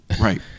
Right